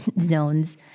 zones